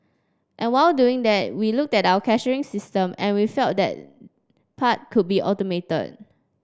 and while doing that we looked at our cashiering system and we felt that part could be automated